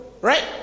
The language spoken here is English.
Right